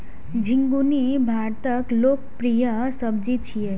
झिंगुनी भारतक लोकप्रिय सब्जी छियै